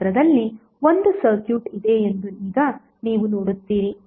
ಈ ಚಿತ್ರದಲ್ಲಿ ಒಂದು ಸರ್ಕ್ಯೂಟ್ ಇದೆ ಎಂದು ಈಗ ನೀವು ನೋಡುತ್ತೀರಿ